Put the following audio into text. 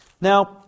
Now